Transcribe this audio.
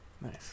Nice